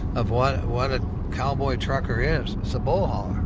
of what what a cowboy, trucker is, so bull hauler.